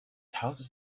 houses